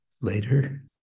later